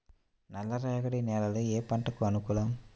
నల్ల రేగడి నేలలు ఏ పంటకు అనుకూలం?